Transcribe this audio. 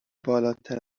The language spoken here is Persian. بالاتر